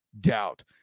doubt